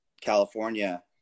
California